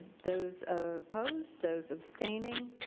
those opposed. those abstaining,